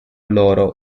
loro